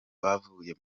bavuye